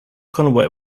conway